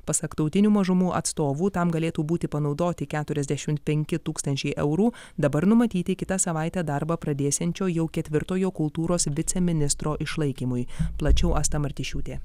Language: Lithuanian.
pasak tautinių mažumų atstovų tam galėtų būti panaudoti keturiasdešimt penki tūkstančiai eurų dabar numatyti kitą savaitę darbą pradėsiančio jau ketvirtojo kultūros viceministro išlaikymui plačiau asta martišiūtė